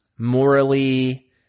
morally